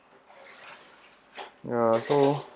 ya so